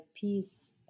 peace